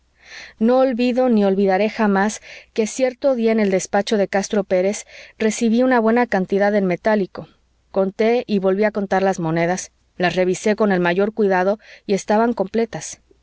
no olvido ni olvidaré jamás que cierto día en el despacho de castro pérez recibí una buena cantidad en metálico conté y volví a contar las monedas las revisé con el mayor cuidado y estaban completas